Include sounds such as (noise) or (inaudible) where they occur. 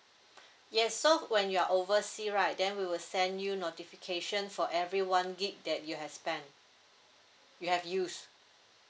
(breath) yes so when you're oversea right then we will send you notification for every one gb that you have spend you have used